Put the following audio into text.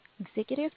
Executive